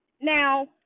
Now